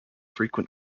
frequent